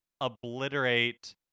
obliterate